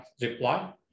reply